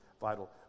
vital